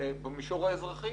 במישור האזרחי.